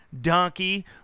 donkey